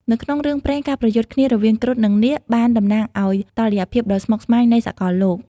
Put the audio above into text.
នៅក្នុងរឿងព្រេង ការប្រយុទ្ធគ្នារវាងគ្រុឌ និងនាគបានតំណាងឲ្យតុល្យភាពដ៏ស្មុគស្មាញនៃសកលលោក។